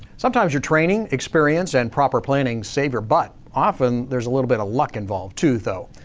sometimes your training experience and proper planning save your butt, often there's a little bit of luck involved too though.